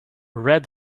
read